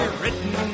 written